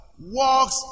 walks